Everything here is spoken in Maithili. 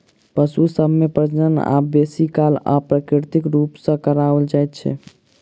पशु सभ मे प्रजनन आब बेसी काल अप्राकृतिक रूप सॅ कराओल जाइत छै